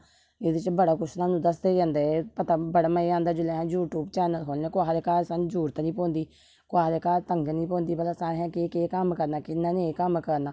एहदे च बडा कुछ सानू दसदे जंदे पता बड़ा मजा आंदा जिसलै अस यूट्यूब चैनल खोह्लन कुसै दे घार सानू जरुरत नेई पौैदी कुसे दे घार तंगी नेई पौंदी भला आसे केह् केह् कम्म करना कियां नेई कम्म करना